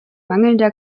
mangelnder